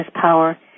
power